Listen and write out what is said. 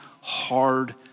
hard